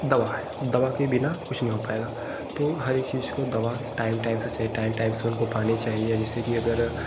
दवा है दवा के बिना कुछ नहीं हो पाएगा तो हर एक चीज़ को दवा टाइम टाइम से चाहिए टाइम टाइम से उनको पानी चाहिए जैसे की अगर